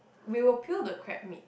we will peel the crab meat